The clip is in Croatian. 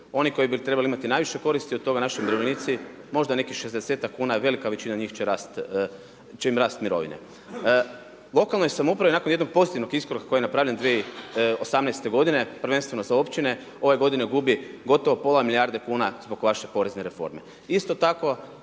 oni koji bi trebali imati najviše koristi od toga, naši umirovljenici, možda nekih 60-ak kuna, velika većina njih će im rast mirovine. Lokalnoj samoupravi nakon jednog pozitivnog iskoraka koji je napravljen 2018. godine, prvenstveno za Općine, ove godine gubi gotovo pola milijarde kuna zbog vaše porezne reforme. Isto tako